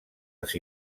les